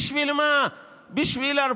בשביל מה?